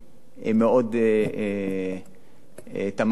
מאוד תמכתי בה,